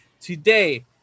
today